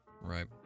Right